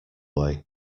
way